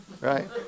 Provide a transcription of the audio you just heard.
right